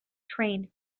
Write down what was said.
trained